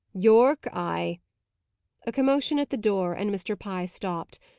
yorke, i a commotion at the door, and mr. pye stopped.